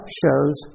shows